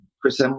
Chris